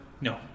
No